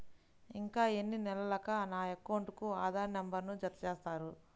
ఇంకా ఎన్ని నెలలక నా అకౌంట్కు ఆధార్ నంబర్ను జత చేస్తారు?